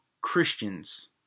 Christians